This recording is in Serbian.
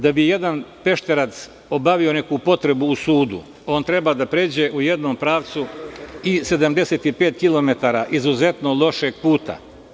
Da bi jedan Pešterac obavio neku potrebu u sudu on treba da pređe u jednom pravcu i 75 kilometara izuzetno lošeg puta.